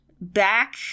back